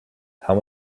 how